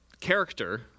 character